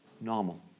normal